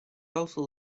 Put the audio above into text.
also